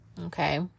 okay